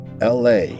LA